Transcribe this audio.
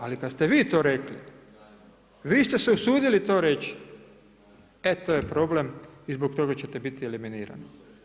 Ali kada ste vi to rekli, vi ste se usudili to reći, e to je problem i zbog toga ćete biti eliminirani.